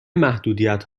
محدودیت